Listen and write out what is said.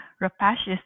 rapacious